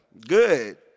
good